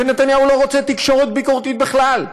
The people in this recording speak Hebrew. ונתניהו לא רוצה תקשורת ביקורתית בכלל,